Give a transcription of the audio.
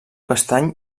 castany